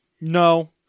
No